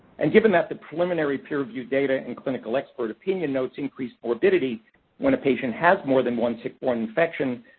and given that the preliminary peer-review data and clinical expert opinion notes increased morbidity when a patient has more than one tick-borne infection,